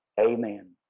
Amen